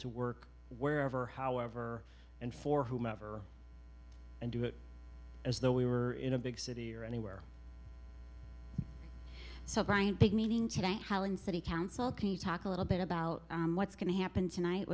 to work wherever however and for whomever and do it as though we were in a big city or anywhere so brian big meeting today helen city council can you talk a little bit about what's going to happen tonight